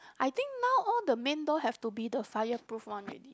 I think now all the main door have to be the fire proof one already